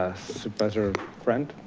ah supervisor friend?